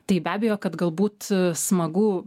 tai be abejo kad galbūt smagu